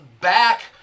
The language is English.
back